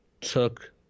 took